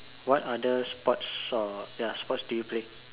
what other sports or ya sports do you play